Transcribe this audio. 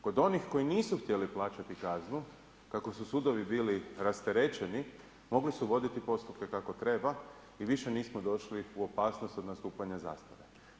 Kod onih koji nisu htjeli plaćati kaznu kako su sudovi bili rasterećeni mogli su voditi postupke kako treba i više nismo došli u opasnost od nastupanja zastare.